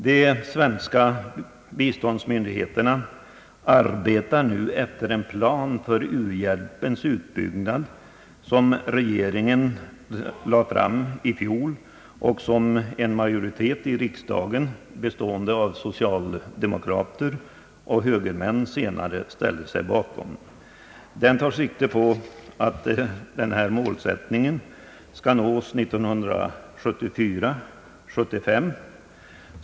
De svenska biståndsmyndigheterna arbetar nu efter den plan för u-hjälpens utbyggnad som regeringen lade fram i fjol och som en majoritet i riksdagen, bestående av socialdemokrater och högermän, senare ställde sig bakom. Den tar sikte på att denna målsättning skall nås 1974/75.